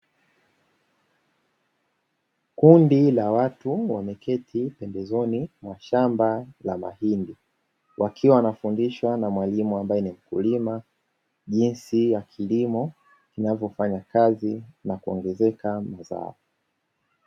Kundi la watu wameketi mbembezoni mwa shamba la mahindi, wakiwa wanafundishwa na mwalimu ambaye ni mkulima jinsi ya kilimo kinavyofanya kazi nakuongezeka mazao.